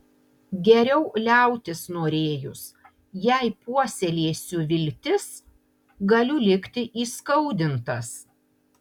geriau liautis norėjus jei puoselėsiu viltis galiu likti įskaudintas